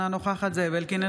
אינה נוכחת זאב אלקין,